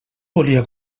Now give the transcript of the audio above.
volia